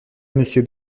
monsieur